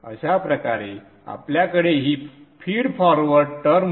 अशा प्रकारे आपल्याकडे ही फीड फॉरवर्ड टर्म होती